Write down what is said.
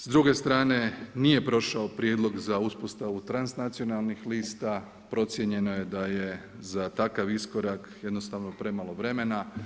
S druge strane, nije prošao prijedlog za uspostavu transnacionalnih lista, procijenjeno je da je za takav iskorak jednostavno premalo vremena.